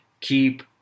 Keep